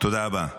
תודה רבה.